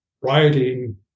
writing